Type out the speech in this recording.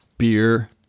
Beer